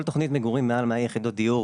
כל תוכניות מגורים על מעל 100 יחידות דיור,